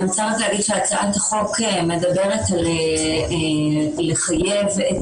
אני רוצה להגיד שהצעת החוק מדברת על לחייב את